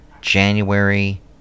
January